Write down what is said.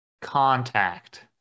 Contact